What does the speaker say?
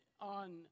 on